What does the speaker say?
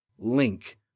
Link